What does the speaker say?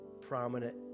prominent